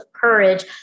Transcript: courage